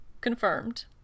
Confirmed